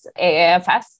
AAFS